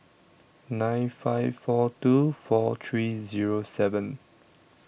nine five four two four three Zero seven